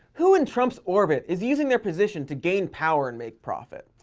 who in trump's orbit is using their position to gain power and make profit?